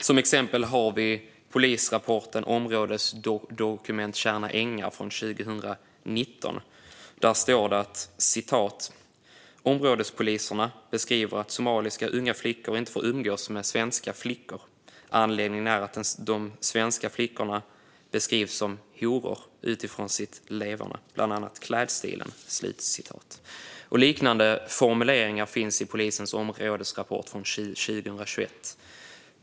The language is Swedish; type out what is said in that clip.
Som exempel har vi polisrapporten Områdesdokument Tjärna Ängar 2019 , där det står: "Områdespoliserna beskriver att somaliska unga flickor inte får umgås med svenska flickor. Anledningen är att de svenska flickorna beskrivs som 'horor' utifrån sitt leverne, bland annat klädstilen." Liknande formuleringar finns i polisens områdesrapport från 2021.